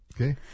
Okay